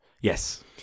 Yes